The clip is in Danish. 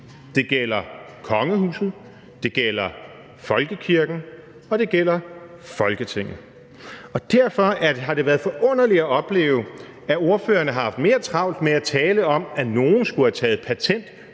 Det gælder kongehuset, det gælder folkekirken, og det gælder Folketinget. Derfor har det været forunderligt at opleve, at ordførerne har haft mere travlt med at tale om, at nogle skulle have taget patent